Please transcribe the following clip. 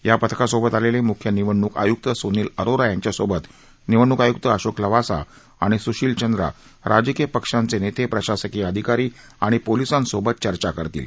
या पथकासोबत आलेले मुख्यनिवडणूक आय्क्त स्नील अरोरा निवडणूक आय्क्त अशोक लवासा आणि स्शील चंद्रा हे राजकीयपक्षांचे नेते प्रशासकीय अधिकारी आणि पोलीसांसोबत चर्चा करतील